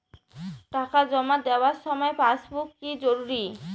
টাকা জমা দেবার সময় পাসবুক কি জরুরি?